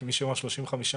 כי מי שאמר 35 מטרים